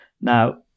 Now